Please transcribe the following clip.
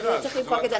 צריך למחוק את זה.